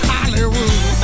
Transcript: Hollywood